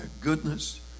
goodness